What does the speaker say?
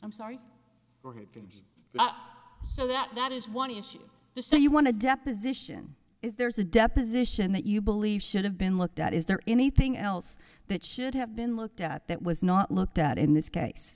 i'm sorry go ahead finish so that that is one issue the so you want to deposition is there's a deposition that you believe should have been looked at is there anything else that should have been looked at that was not looked at in this case